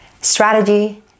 Strategy